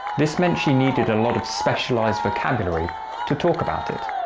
this meant she needed a lot of specialised vocabulary to talk about it,